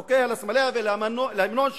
לחוקיה, לסמליה ולהמנון שלה.